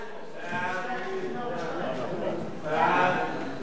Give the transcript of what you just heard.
סעיפים 1 2, כהצעת הוועדה,